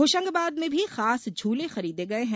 होशंगाबाद में भी खास झुले खरीदे गये है